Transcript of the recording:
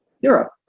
Europe